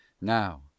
Now